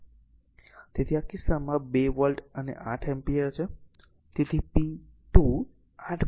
તેથી આ કિસ્સામાં તે 2 વોલ્ટ અને 8 એમ્પીયર છે